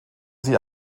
sie